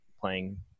playing